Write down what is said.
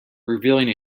revealing